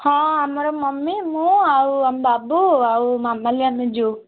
ହଁ ଆମର ମମ୍ମି ମୁଁ ଆଉ ବାବୁ ଆଉ ମାମାଲି ଆମେ ଯିବୁ